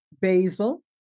basil